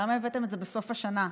למה הבאתם בסוף השנה?